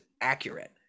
accurate